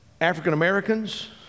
African-Americans